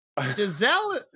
Giselle